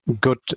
good